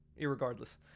irregardless